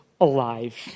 alive